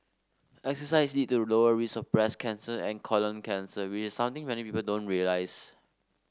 exercise lead a lower risk of breast cancer and colon cancer which something many people don't realise